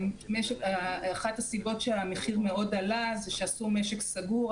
אחת הסיבות שמחיר עלה זה שעשו משק סגור,